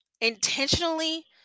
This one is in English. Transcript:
intentionally